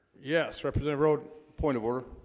yes represented road point of order